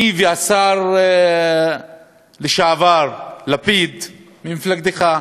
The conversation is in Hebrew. אני והשר לשעבר לפיד ממפלגתך,